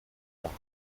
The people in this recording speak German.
flach